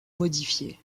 modifié